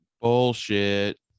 Bullshit